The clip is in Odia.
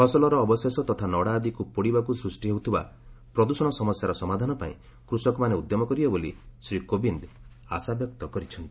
ଫସଲର ଅବସଶେଷ ତଥା ନଡ଼ା ଆଦିକୁ ପୋଡ଼ିବାକୁ ସୃଷ୍ଟି ହେଉଥିବା ପ୍ରଦୃଷଣ ସମସ୍ୟାର ସମାଧାନ ପାଇଁ କୃଷକମାନେ ଉଦ୍ୟମ କରିବେ ବୋଲି ଶ୍ରୀ କୋବିନ୍ଦ ଆଶା ବ୍ୟକ୍ତ କରିଛନ୍ତି